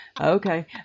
Okay